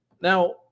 Now